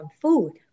food